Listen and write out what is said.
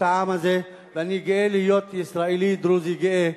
העם הזה ואני גאה להיות ישראלי דרוזי גאה,